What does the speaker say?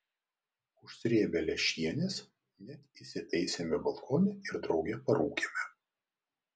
užsrėbę lęšienės net įsitaisėme balkone ir drauge parūkėme